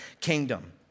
kingdom